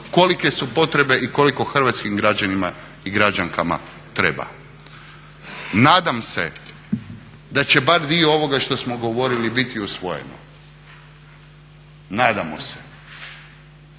kolike su potrebe i koliko hrvatskim građanima i građankama treba. Nadam se da će bar dio ovog što smo govorili biti usvojeno. Nadamo se.